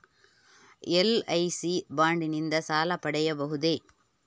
LIC bond ನಿಂದ ಸಾಲ ಪಡೆಯಬಹುದೇ?